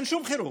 אין שום חירום.